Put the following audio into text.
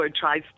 tries